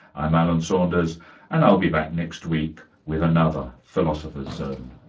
i'm alan saunders and i'll be back next week with another philosopher's zone